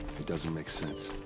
it doesn't make sense.